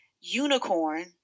unicorn